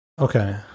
Okay